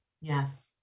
Yes